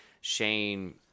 Shane